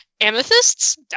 amethysts